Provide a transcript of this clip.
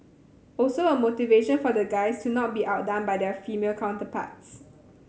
also a motivation for the guys to not be outdone by their female counterparts